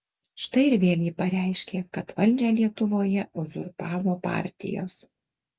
štai ir vėl ji pareiškė kad valdžią lietuvoje uzurpavo partijos